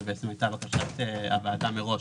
זו הייתה בקשת הוועדה מראש,